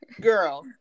girl